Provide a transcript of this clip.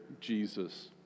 Jesus